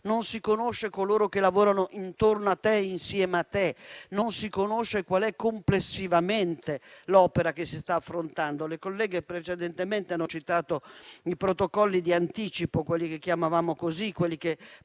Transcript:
non si conoscono coloro che lavorano intorno a sé e insieme a sé, non si conosce qual è complessivamente l'opera che si sta affrontando. Le colleghe precedentemente hanno citato i protocolli di anticipo - così li chiamavamo - che